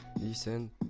listen